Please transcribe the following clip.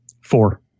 Four